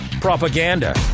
propaganda